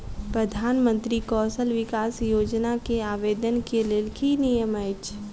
प्रधानमंत्री कौशल विकास योजना केँ आवेदन केँ लेल की नियम अछि?